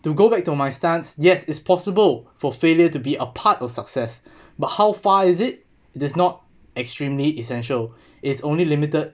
to go back to my stance yes it's possible for failure to be a part of success but how far is it it is not extremely essential its only limited